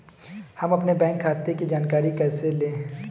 हम अपने बैंक खाते की जानकारी कैसे लें?